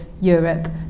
Europe